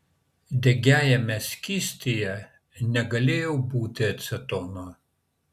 degiajame skystyje negalėjo būti acetono